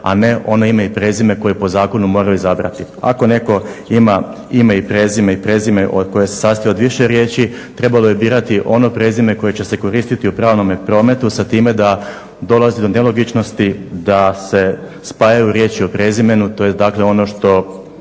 a ne ono ime i prezime koje po zakonu moraju izabrati. Ako netko ima ime i prezime i prezime koje se sastoji od više riječi trebalo je birati ono prezime koje će se koristiti u pravnome prometu sa time da dolazi do nelogičnosti da se spajaju riječi u prezimenu. To je dakle ono što